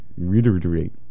Reiterate